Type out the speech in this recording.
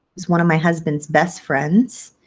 was one of my husband's best friends.